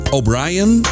O'Brien